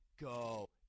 go